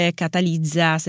catalizza